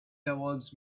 towards